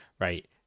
right